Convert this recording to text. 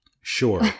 Sure